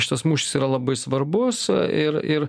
šitas mūšis yra labai svarbus ir ir